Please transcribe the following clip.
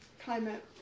climate